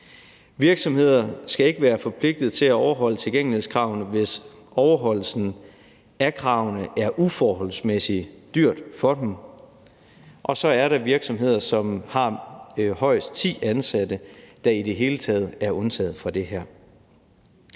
Virksomheder skal ikke være forpligtet til at overholde tilgængelighedskravene, hvis overholdelsen af kravene er uforholdsmæssig dyr for dem. Og så er der virksomheder, som har højst ti ansatte, og som i det hele taget er undtaget fra det her.